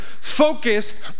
focused